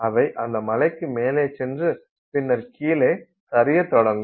அவை அந்த மலைக்கு மேலே சென்று பின்னர் கீழே சரிய தொடங்கும்